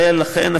ולכן,